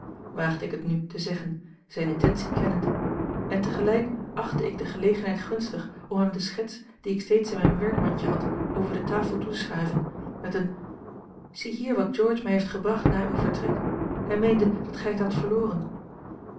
waagde ik het n te zeggen zijne intenties kennend en tegelijk achtte ik de gelegenheid gunstig om hem de schets die ik steeds in mijn werkmandje had over de tafel toe te schuiven met een zie hier wat george mij heeft gebracht na uw vertrek hij meende dat gij het hadt verloren